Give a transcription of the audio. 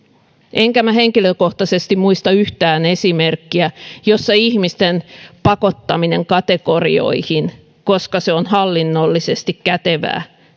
enkä minä henkilökohtaisesti muista yhtään esimerkkiä jossa ihmisten pakottaminen kategorioihin koska se on hallinnollisesti kätevää